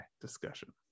discussion